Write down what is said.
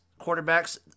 quarterbacks –